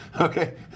okay